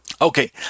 okay